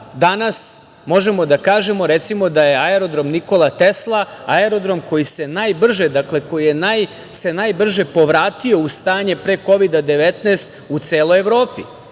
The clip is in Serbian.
danas možemo da kažemo, recimo, da je aerodrom „Nikola Tesla“ aerodrom koji se najbrže, koji se najbrže povratio u stanje pre Kovida 19 u celoj Evropi.